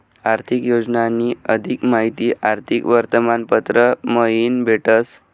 आर्थिक योजनानी अधिक माहिती आर्थिक वर्तमानपत्र मयीन भेटस